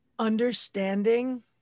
understanding